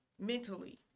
mentally